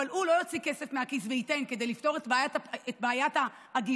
אבל הוא לא יוציא כסף מהכיס וייתן בשביל לפתור את בעיית הגירעון.